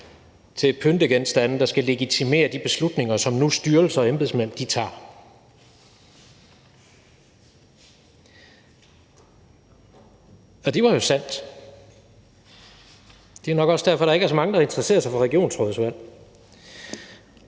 til pyntegenstande, der skulle legitimere de beslutninger, som styrelser og embedsmænd tog. Og det var jo sandt, og det er nok også derfor, at der ikke er så mange, der interesserer sig for regionsrådsvalg.